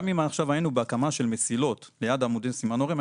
גם אם עכשיו היינו בהקמה של מסילות ליד עמודי סימנורים,